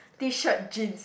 T-shirt jeans